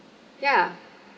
ya